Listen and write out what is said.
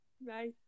Bye